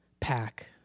pack